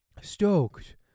stoked